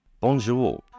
Bonjour